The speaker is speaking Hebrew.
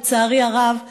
לצערי הרב,